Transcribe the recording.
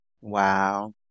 Wow